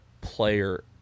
player